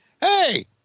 Hey